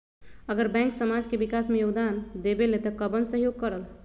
अगर बैंक समाज के विकास मे योगदान देबले त कबन सहयोग करल?